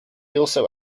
also